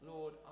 Lord